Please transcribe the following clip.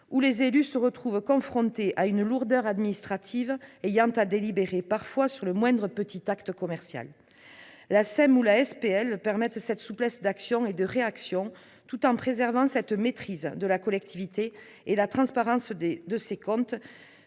les élus se retrouvent confrontés à une lourdeur administrative qui les oblige parfois à délibérer sur le moindre petit acte commercial. Les SEM ou les SPL donnent une souplesse d'action et de réaction tout en préservant la maîtrise de la collectivité et la transparence de ses comptes,